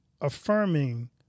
affirming